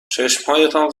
چشمهایتان